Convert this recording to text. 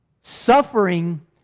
Suffering